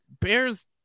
Bears